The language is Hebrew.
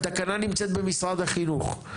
התקנה נמצאת במשרד החינוך,